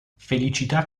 felicità